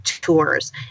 Tours